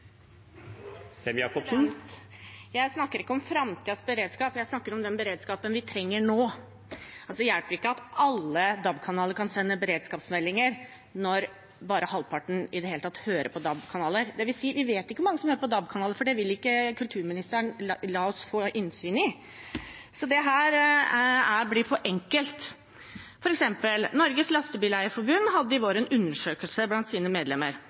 snakker om den beredskapen vi trenger nå. Det hjelper ikke at alle DAB-kanaler kan sende beredskapsmeldinger når bare halvparten i det hele tatt hører på DAB-kanaler. Det vil si: Vi vet ikke hvor mange som hører på DAB-kanaler, for det vil ikke kulturministeren la oss få innsyn i. Så dette blir for enkelt. Norges Lastebileier-Forbund hadde i vår en undersøkelse blant sine medlemmer.